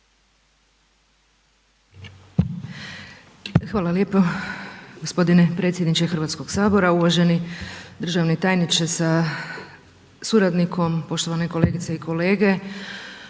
Hvala lijepo gospodine predsjedniče Hrvatskog sabora, uvaženi državni tajniče sa suradnikom, poštovane kolegice i kolege,